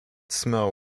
smell